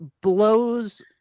blows